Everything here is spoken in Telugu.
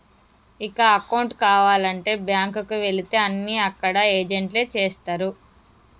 ఇక అకౌంటు కావాలంటే బ్యాంకుకి వెళితే అన్నీ అక్కడ ఏజెంట్లే చేస్తరు